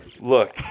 Look